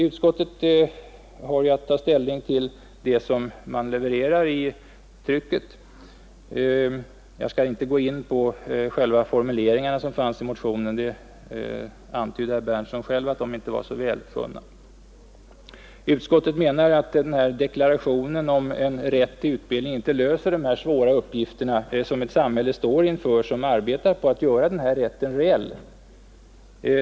Utskottet har ju att ta ställning till det skrivna förslaget. Jag skall inte gå in på formuleringarna i motionen. Herr Berndtson antydde själv att de inte var så välfunna. Utskottet menar att deklarationen om rätt till utbildning inte löser de svåra uppgifter ett samhälle står inför som arbetar på att göra den rätten reell.